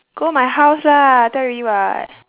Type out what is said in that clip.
go my house lah tell you already [what]